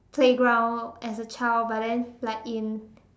playground as a child but then like in